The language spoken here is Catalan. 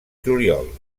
juliol